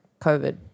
COVID